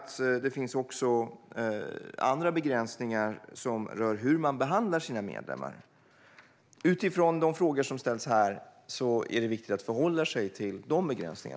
Det finns också andra begränsningar som rör hur man behandlar sina medborgare. Utifrån de frågor som ställs här är det viktigt att förhålla sig till dessa begränsningar.